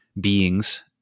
beings